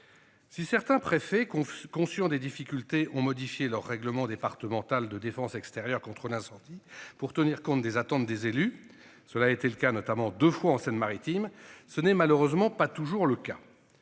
Si certains préfets con conscient des difficultés ont modifié leur règlement départemental de défense extérieure contre l'incendie pour tenir compte des attentes des élus, cela a été le cas notamment de fois en Seine-Maritime. Ce n'est malheureusement pas toujours le cas.